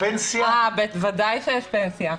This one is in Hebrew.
ודאי שיש פנסיה.